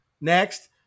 next